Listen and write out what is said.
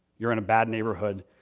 you're in a bad neighborhood.